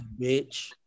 bitch